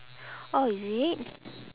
orh is it